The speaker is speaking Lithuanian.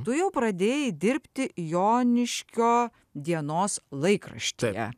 tu jau pradėjai dirbti joniškio dienos laikraštyje